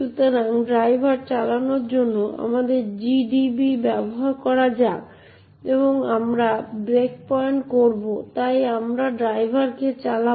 সুতরাং ড্রাইভার চালানোর জন্য আমাদের GDB ব্যবহার করা যাক এবং আমরা ব্রেকপয়েন্ট করব তাই আমরা ড্রাইভার কে চালনা করব